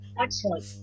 Excellent